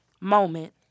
moment